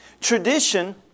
Tradition